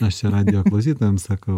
aš čia radijo klausytojams sakau